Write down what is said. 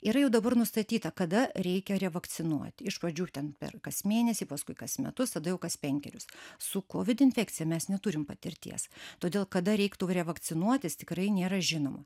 yra jau dabar nustatyta kada reikia revakcinuoti iš pradžių ten per kas mėnesį paskui kas metus tada jau kas penkerius su kovid infekcija mes neturim patirties todėl kada reiktų revakcinuotis tikrai nėra žinoma